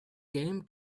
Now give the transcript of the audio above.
game